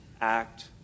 act